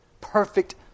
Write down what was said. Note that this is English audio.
Perfect